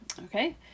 Okay